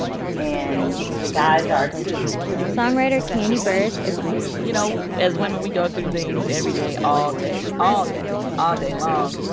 and the guys are, too songwriter kandi burruss agrees you know, as women, we go through things every day, all day all day all day long.